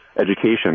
education